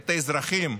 את האזרחים.